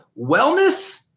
wellness